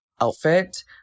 outfit